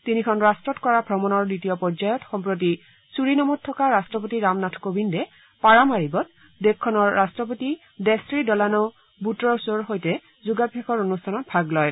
তিনিখন ৰাষ্ট্ৰত কৰা ভ্ৰমনৰ দ্বিতীয় পৰ্যায়ত সম্প্ৰতি ছুৰিনামত থকা ৰাষ্ট্ৰপতি ৰামনাথ কোবিন্দে পাৰামাৰিবত দেশখনৰ ৰট্টপতি ডেছৰি ডলানো বুটৰছঅ'ৰ সৈতে যোগাভ্যাসৰ অনুষ্ঠানত ভাগ লয়